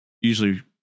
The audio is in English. usually